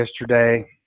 yesterday